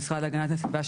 המשרד להגנת הסביבה,